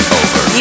over